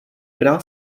která